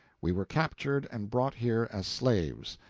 we were captured and brought here as slaves.